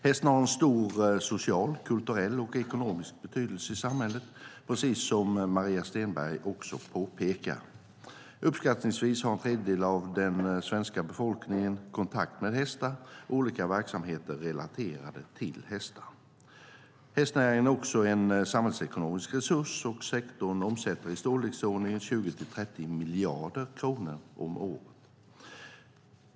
Hästen har en stor social, kulturell och ekonomisk betydelse i samhället, precis som Maria Stenberg påpekar. Uppskattningsvis har en tredjedel av den svenska befolkningen kontakt med hästar och olika verksamheter relaterade till hästar. Hästnäringen är också en samhällsekonomisk resurs, och sektorn omsätter i storleksordningen 20-30 miljarder kronor om året.